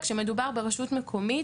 כשמדובר ברשות מקומית,